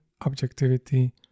objectivity